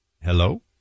Hello